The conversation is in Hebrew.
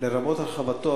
לרבות הרחבתו,